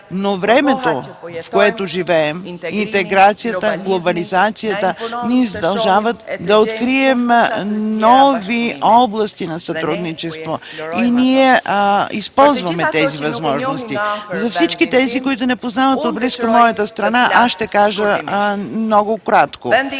но времето, в което живеем, интеграцията, глобализацията ни задължават да открием нови области на сътрудничество. И ние използваме тези възможности. За всички тези, които не познават отблизо моята страна, ще кажа накратко.